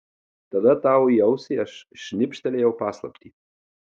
tada tau į ausį aš šnibžtelėjau paslaptį